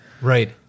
Right